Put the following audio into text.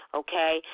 okay